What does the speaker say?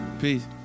Peace